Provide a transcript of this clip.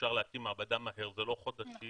אפשר להקים מעבדה מהר, זה לא חודשים,